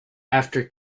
after